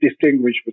distinguish